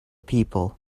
people